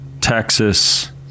Texas